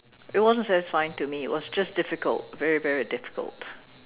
it wasn't just fine to me was just difficult very very difficult